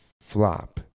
flop